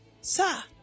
sir